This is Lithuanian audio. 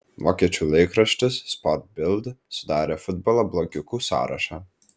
vokiečių laikraštis sport bild sudarė futbolo blogiukų sąrašą